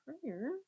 prayer